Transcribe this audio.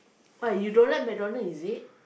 why you don't like McDonald is it